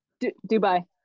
Dubai